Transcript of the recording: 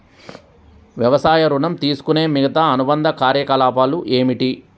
వ్యవసాయ ఋణం తీసుకునే మిగితా అనుబంధ కార్యకలాపాలు ఏమిటి?